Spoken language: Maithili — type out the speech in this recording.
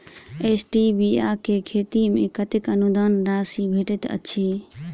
स्टीबिया केँ खेती मे कतेक अनुदान राशि भेटैत अछि?